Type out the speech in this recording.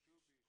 השתמשו בי.